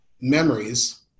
memories